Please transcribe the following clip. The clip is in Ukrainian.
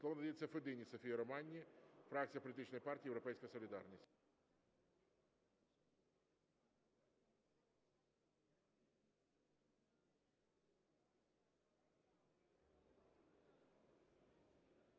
Слово надається Федині Софії Романівні, фракція політичної партії "Європейська солідарність".